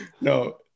no